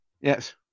Yes